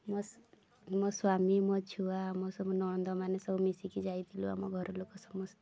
ମୋ ମୋ ସ୍ୱାମୀ ମୋ ଛୁଆ ଆମ ସବୁ ନଣନ୍ଦମାନେ ସବୁ ମିଶିକି ଯାଇଥିଲୁ ଆମ ଘର ଲୋକ ସମସ୍ତେ